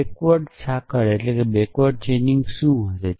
પાછલા સાંકળ શું હશે